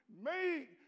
made